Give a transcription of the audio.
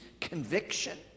conviction